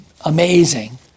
amazing